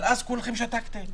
אבל אז כולכם שתקתם